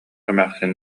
эмээхсин